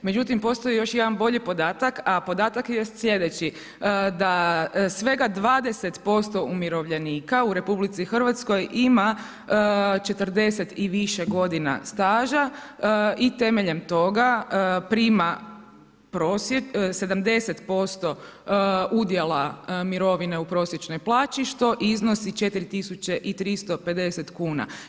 Međutim postoji još jedan bolji podatak a podatak jest sljedeći, da svega 20% umirovljenika u RH ima 40 i više godina staža i temeljem toga prima 70% udjela mirovine u prosječnoj plaći što iznosi 4 tisuće 350 kuna.